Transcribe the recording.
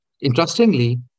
interestingly